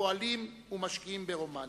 הפועלים ומשקיעים ברומניה.